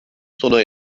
sona